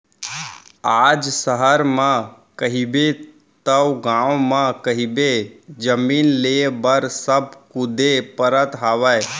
आज सहर म कहिबे तव गाँव म कहिबे जमीन लेय बर सब कुदे परत हवय